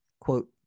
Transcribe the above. quote